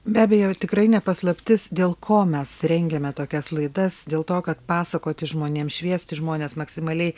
be abejo tikrai ne paslaptis dėl ko mes rengiame tokias laidas dėl to kad pasakoti žmonėm šviesti žmones maksimaliai